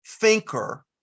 thinker